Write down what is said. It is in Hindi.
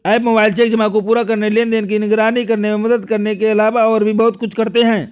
एप मोबाइल चेक जमा को पूरा करने, लेनदेन की निगरानी करने में मदद करने के अलावा और भी बहुत कुछ करते हैं